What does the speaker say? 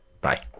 Bye